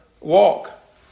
walk